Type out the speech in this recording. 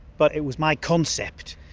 but it was my concept.